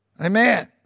Amen